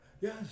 Yes